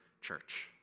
church